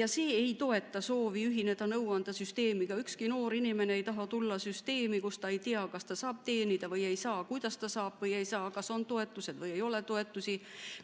mis ei toeta soovi ühineda nõuandesüsteemiga. Ükski noor inimene ei taha tulla süsteemi, mille puhul ta ei tea, kas ta saab teenida või ei saa, kuidas ta saab või ei saa, kas on toetused või ei ole toetusi,